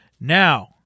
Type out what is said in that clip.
Now